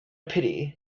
pity